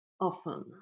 often